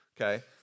okay